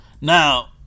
now